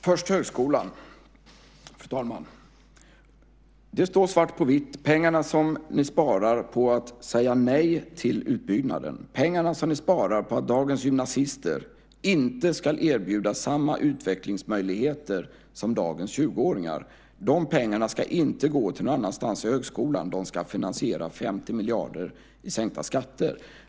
Fru talman! Det står svart på vitt. De pengar som ni sparar på att säga nej till utbyggnaden, pengarna som ni sparar på att dagens gymnasister inte ska erbjudas samma utvecklingsmöjligheter som dagens 20-åringar, ska inte gå till högskolan. De ska finansiera 50 miljarder i sänkta skatter.